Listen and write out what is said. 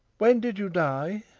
when did you die?